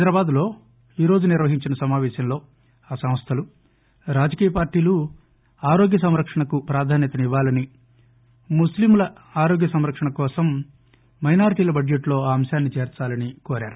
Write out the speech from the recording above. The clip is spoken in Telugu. హైదరాబాద్లో ఈరోజు నిర్వహించిన సమాపేశంలో ఆ సంస్థలు రాజకీయ పార్టీలు ఆరోగ్య సంరక్షణకు ప్రాధాన్యతనివ్వాలని ముస్లింల ఆరోగ్య సంరక్షణ కోసం మైనారిటీల బడ్జెట్లో ఆ అంశాన్ని చేర్చాలని కోరారు